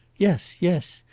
yes, yes!